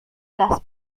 las